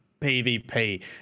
PvP